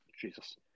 Jesus